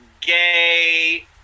gay